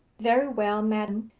very well, madam.